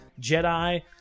Jedi